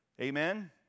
amen